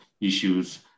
issues